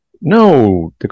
No